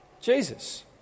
Jesus